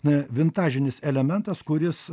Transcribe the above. na vintažinis elementas kuris